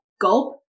gulp